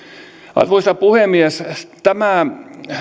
arvoisa puhemies tämä